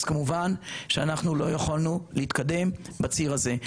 אז לא יכולנו להתקדם בציר הזה.